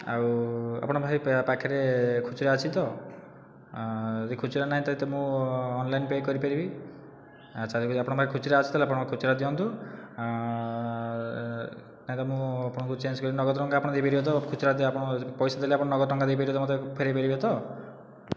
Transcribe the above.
ଆଉ ଆପଣ ଭାଇ ପାଖରେ ଖୁଚୁରା ଅଛି ତ ଯଦି ଖୁଚୁରା ନାହିଁ ତା'ହେଲେ ତ ମୁଁ ଅନଲାଇନ ପେ କରିପାରିବି ଆଛା ଯଦି ଆପଣଙ୍କ ପାଖରେ ଖୁଚୁରା ଅଛି ତା'ହେଲେ ଆପଣ ଖୁଚୁରା ଦିଅନ୍ତୁ ନାହିଁ ତ ମୁଁ ଆପଣଙ୍କୁ ଚେଞ୍ଜ କରି ନଗଦ ଟଙ୍କା ଦେଇ ପାରିବେ ତ ଖୁଚୁରା ଯଦି ଆପଣଙ୍କ ପଇସା ଦେଲେ ଆପଣଙ୍କ ନଗଦ ଟଙ୍କା ଦେଇ ପାରିବେ ତ ମୋତେ ଫେରାଇ ପାରିବେ ତ